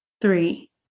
Three